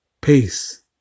Peace